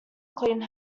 clean